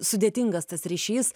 sudėtingas tas ryšys